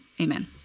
Amen